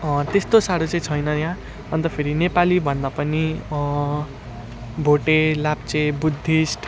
त्यस्तो साह्रै चाहिँ छैन यहाँ अन्त फेरि नेपालीभन्दा पनि भोटे लाप्चे बुद्धिस्ट